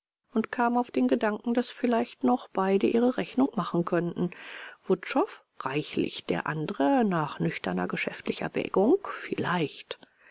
und kam auf den gedanken daß vielleicht noch beide ihre rechnung machen könnten wutschow reichlich der andere nach nüchterner geschäftlicher wägung vielleicht